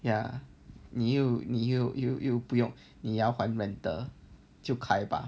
ya 你又你又又又不用你要还 rental 就开吧